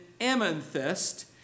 amethyst